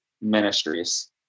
ministries